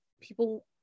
people